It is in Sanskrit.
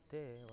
ते वस्तु